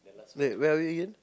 wait where are we in